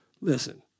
listen